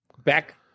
back